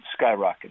skyrocketed